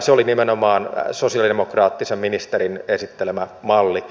se oli nimenomaan sosialidemokraattisen ministerin esittelemä malli